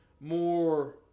more